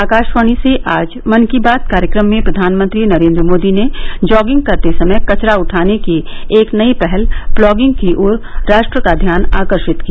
आकाशवाणी से आज मन की बात कार्यक्रम में प्रधानमंत्री नरेन्द्र मोदी ने जॉगिंग करते समय कचरा उठाने की एक नई पहल प्लॉगिंग की ओर राष्ट्र का ध्यान आकर्षित किया